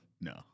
No